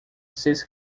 seis